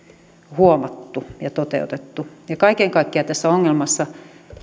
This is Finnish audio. huomattu ja toteutettu kaiken kaikkiaan tässä